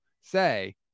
say